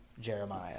Jeremiah